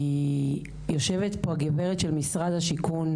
כי יושבת פה הגברת של משרד השיכון,